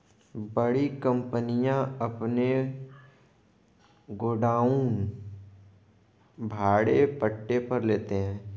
बड़ी कंपनियां अपने गोडाउन भाड़े पट्टे पर लेते हैं